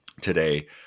today